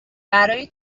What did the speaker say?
برای